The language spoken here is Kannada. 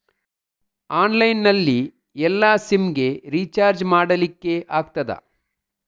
ಆನ್ಲೈನ್ ನಲ್ಲಿ ಎಲ್ಲಾ ಸಿಮ್ ಗೆ ರಿಚಾರ್ಜ್ ಮಾಡಲಿಕ್ಕೆ ಆಗ್ತದಾ?